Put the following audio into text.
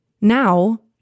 now